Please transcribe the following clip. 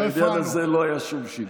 בעניין הזה לא היה שום שיבוש.